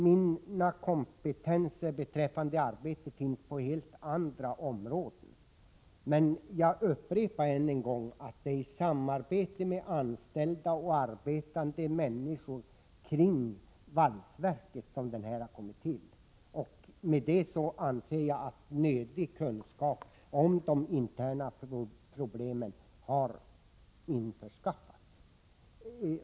Min kompetens beträffande arbete finns på helt andra områden. Men jag upprepar än en gång att det är i samarbete med SSAB-anställda och arbetande människor med anknytning till valsverket som interpellationen har kommit till. Med det anser jag att nödig kunskap om de interna problemen har skaffats.